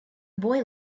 boy